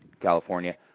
California